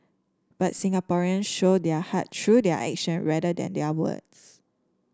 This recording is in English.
but Singaporeans show their heart through their action rather than their words